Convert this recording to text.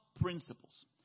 principles